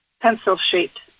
pencil-shaped